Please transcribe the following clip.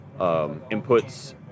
inputs